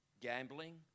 gambling